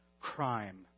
crime